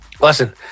listen